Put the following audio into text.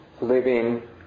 living